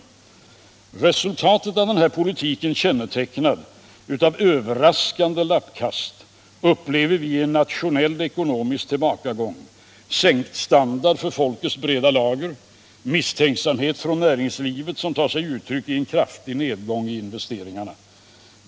Som resultat av den här politiken, kännetecknad av överraskande lappkast, upplever vi en nationell ekonomisk tillbakagång, sänkt standard för folkets breda lager och misstänksamhet från näringslivet, som tar sig uttryck i en kraftig nedgång i investeringarna.